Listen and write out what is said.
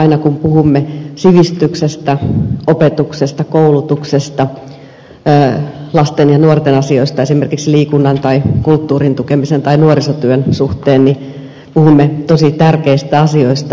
aina kun puhumme sivistyksestä opetuksesta koulutuksesta lasten ja nuorten asioista esimerkiksi liikunnan tai kulttuurin tukemisen tai nuorisotyön suhteen puhumme tosi tärkeistä asioista